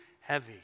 heavy